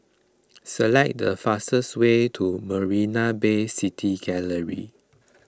select the fastest way to Marina Bay City Gallery